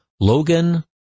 Logan